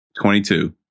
Twenty-two